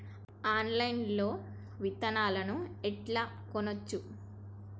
Online లా విత్తనాలను ఎట్లా కొనచ్చు?